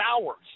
hours